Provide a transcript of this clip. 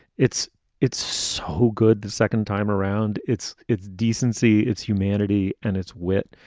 it's it's so good. the second time around, it's its decency, its humanity and its wit